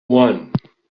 one